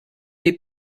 les